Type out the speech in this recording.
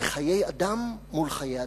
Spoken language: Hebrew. בחיי אדם מול חיי אדם.